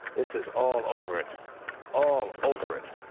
this is all over it all over it.